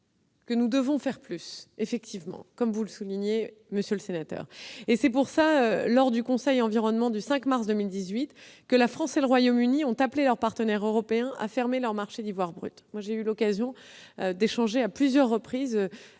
mais nous devons faire davantage, comme vous le soulignez, monsieur le sénateur. C'est pourquoi, lors du Conseil environnement du 5 mars 2018, la France et le Royaume-Uni ont appelé leurs partenaires européens à fermer leur marché d'ivoire brut. J'ai eu l'occasion d'échanger à plusieurs reprises